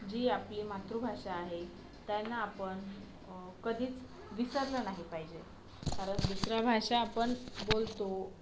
जी आपली मातृभाषा आहे त्यांना आपण कधीच विसरलं नाही पाहिजे कारण दुसऱ्या भाषा आपण बोलतो